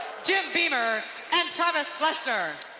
jim beemer and thomas lester,